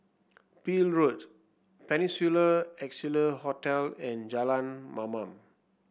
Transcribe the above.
Peel Road Peninsula Excelsior Hotel and Jalan Mamam